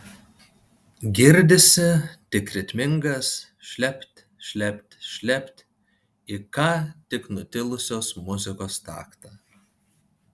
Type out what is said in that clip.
girdisi tik ritmingas šlept šlept šlept į ką tik nutilusios muzikos taktą